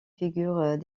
figurent